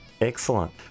Excellent